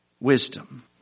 wisdom